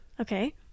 Okay